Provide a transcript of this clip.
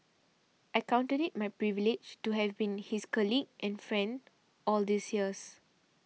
I counted it my privilege to have been his colleague and friend all these years